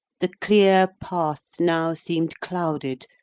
the clear path now seem'd clouded,